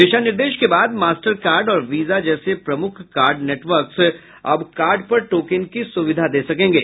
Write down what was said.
दिशा निर्देश के बाद मास्टर कार्ड और वीसा जैसे प्रमुख कार्ड नेटवर्क्स अब कार्ड पर टोकन की सुविधा दे सकेंगे